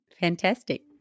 Fantastic